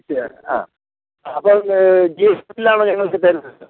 ആ അപ്പം G S T ബില്ലാണോ ഞങ്ങൾക്ക് തരുന്നത്